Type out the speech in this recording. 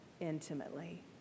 intimately